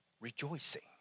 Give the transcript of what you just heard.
rejoicing